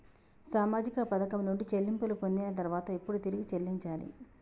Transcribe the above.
సామాజిక పథకం నుండి చెల్లింపులు పొందిన తర్వాత ఎప్పుడు తిరిగి చెల్లించాలి?